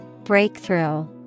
Breakthrough